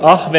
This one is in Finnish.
ahti